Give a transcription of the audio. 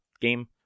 game